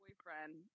boyfriend